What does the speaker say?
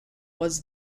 was